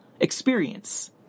experience